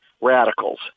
radicals